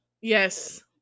Yes